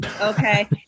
Okay